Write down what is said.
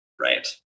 Right